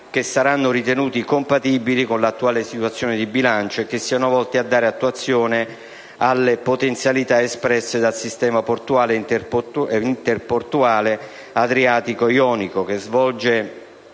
che saranno ritenuti compatibili con l'attuale situazione di bilancio e che siano volti a dare attuazione alle potenzialità espresse dal sistema portuale e interportuale Adriatico-Ionico, che svolge